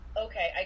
okay